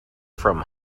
from